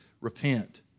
Repent